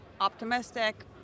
optimistic